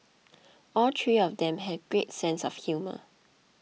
all three of them have great sense of humour